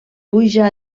puja